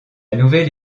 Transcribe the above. nouvelle